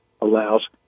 allows